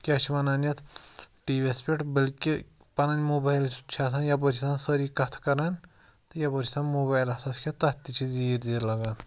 کیٛاہ چھِ وَنان یَتھ ٹی وی یَس پؠٹھ بٔلکِہ پَنٕنۍ موٗبایِٔلٕز چھِ آسان یَپٲرۍ چھِ آسان سٲری کَتھٕ کَران تہٕ یَپٲرۍ چھِ آسان موبایِٔل اَتھَس کؠتھ تَتھ تہِ چھِ زیٖر زیٖر لَگان